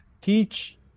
teach